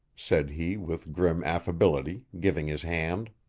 said he with grim affability, giving his hand.